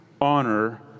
honor